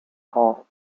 hall